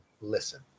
listen